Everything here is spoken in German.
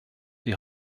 die